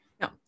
No